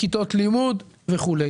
כיתות לימוד וכו'.